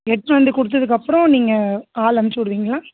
எடுத்துகிட்டு வந்து கொடுத்ததுக்கு அப்புறோம் நீங்கள் ஆள் அனுச்சி விடுவீங்களா